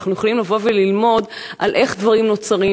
אנחנו יכולים לבוא וללמוד איך דברים נוצרים